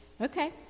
Okay